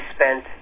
spent